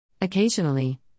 Occasionally